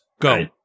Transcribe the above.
Go